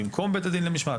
במקום בית הדין למשמעת.